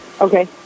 Okay